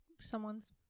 someone's